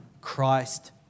Christ